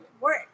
work